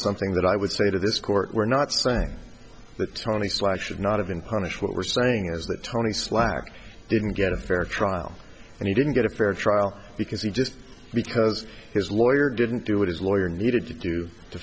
something that i would say to this court we're not saying that tony swag should not have been punished what we're saying is that tony slack didn't get a fair trial and he didn't get a fair trial because he just because his lawyer didn't do what his lawyer needed to do to